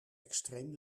extreem